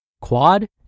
quad